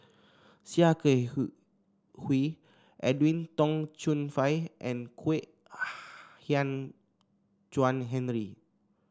Sia Kah Hui Edwin Tong Chun Fai and Kwek Hian Chuan Henry